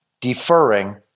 deferring